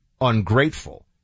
ungrateful